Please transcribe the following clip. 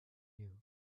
new